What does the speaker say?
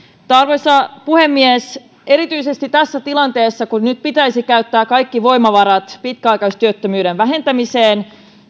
arvoisa puhemies erityisesti tässä tilanteessa kun nyt pitäisi käyttää kaikki voimavarat pitkäaikaistyöttömyyden vähentämiseen